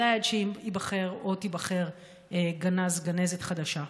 בוודאי עד שייבחר או תיבחר גנז או גנזת חדשה.